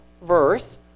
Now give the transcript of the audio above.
verse